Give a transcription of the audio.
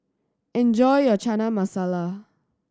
enjoy your Chana Masala